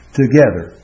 together